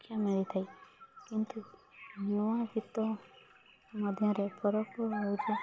ଶିକ୍ଷା ମିଳିଥାଏ କିନ୍ତୁ ନୂଆଗୀତ ମଧ୍ୟରେ ଫରକ ହେଉଛି